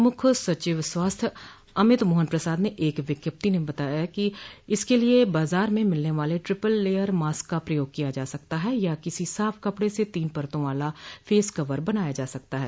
प्रमुख सचिव स्वास्थ्य अमित मोहन प्रसाद ने एक विज्ञप्ति में बताया है कि इसके लिये बाजार में मिलने वाले ट्रिपिल लेयर मास्क का प्रयोग किया जा सकता है या किसी साफ कपड़े से तीन परतों वाला फेस कवर बनाया जा सकता है